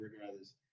regardless